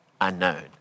unknown